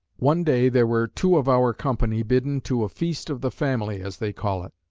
one day there were two of our company bidden to a feast of the family, as they call it.